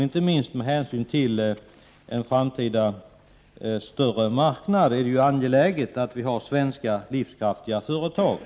Inte minst med tanke på en 100 framtida större marknad är det angeläget att det finns svenska livskraftiga företag.